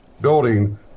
building